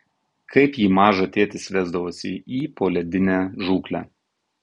kaip jį mažą tėtis vesdavosi į poledinę žūklę